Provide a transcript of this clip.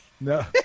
No